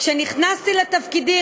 כשנכנסתי לתפקידי,